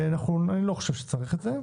אני לא חושב שצריך את זה,